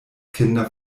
kinder